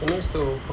can use to